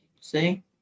See